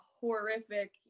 horrific